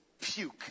puke